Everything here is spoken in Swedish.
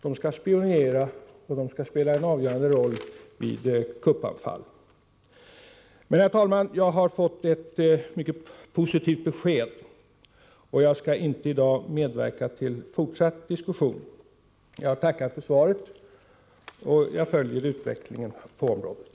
De skall spionera och spela en avgörande roll vid kuppanfall. Herr talman! Jag har fått ett positivt besked, och jag skall inte i dag medverka till en fortsatt diskussion. Jag tackar för svaret, och jag följer utvecklingen i området.